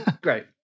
Great